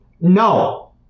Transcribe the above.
No